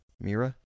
Mira